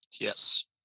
Yes